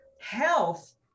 health